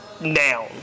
now